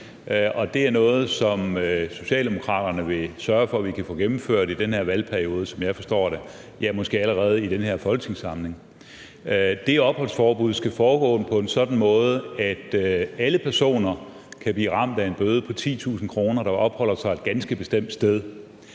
det er noget, som Socialdemokraterne vil sørge for at vi kan få gennemført i den her valgperiode, som jeg forstår det – ja, måske allerede i den her folketingssamling. Det opholdsforbud skal foregå på en sådan måde, at alle personer kan blive ramt af en bøde på 10.000 kr., hvis de opholder sig et ganske bestemt sted.